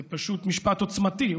זה פשוט משפט עוצמתי.